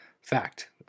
fact